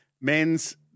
Men's